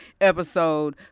episode